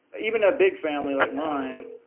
even a big family like mine,